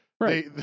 Right